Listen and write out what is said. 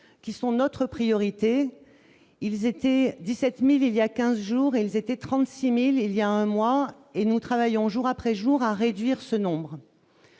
qui sont notre priorité, ils étaient 17000 il y a 15 jours, ils étaient 36000 il y a un mois, et nous travaillons jour après jour à réduire ce nombre